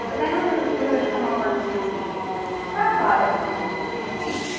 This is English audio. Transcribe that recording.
so then we would come over to the front bodice and do the same thing.